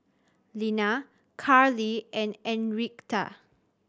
Lina Karley and Enriqueta